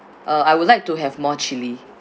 uh I would like to have more chilli